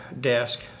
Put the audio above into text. desk